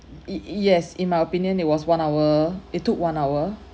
y~ yes in my opinion it was one hour it took one hour